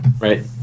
Right